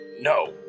No